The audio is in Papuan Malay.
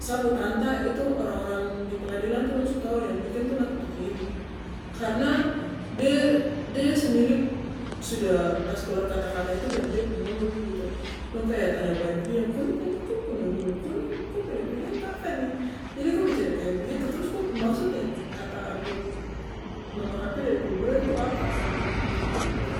Sa pu tanta itu orang orang di pengadilan tu dong su tau yang bikin tu laki laki ini karna de de sendiri sudah kasih keluar kata kata itu dari dep mulut begitu dong kaya tanya baek dia ko ni kayanya ko punya guna ko ni ko pegang pegang kapa ni jadi ko bicara kaya begitu trus kop masuk yang kata ambil nomor HP dari kuburan tu apa